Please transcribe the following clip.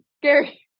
scary